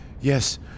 Yes